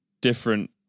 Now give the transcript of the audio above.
different